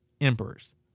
emperors